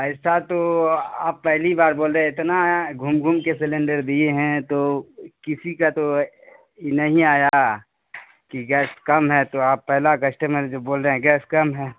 ایسا تو آپ پہلی بار بول رہے ہیں اتنا آیا گھوم گھوم کے سلینڈر دیے ہیں تو کسی کا تو ای نہیں آیا کہ گیس کم ہے تو آپ پہلا کسٹمر جو بول رہے ہیں گیس کم ہے